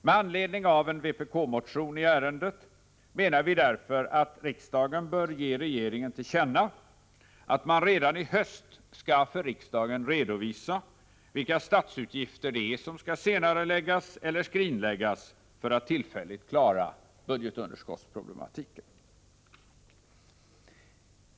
Med anledning av en vpk-motion i ärendet menar vi därför att riksdagen bör ge regeringen till känna att man redan i höst för riksdagen skall redovisa vilka statsutgifter det är som skall senareläggas eller skrinläggas för att vi tillfälligt skall klara budgetunderskottsproblematiken.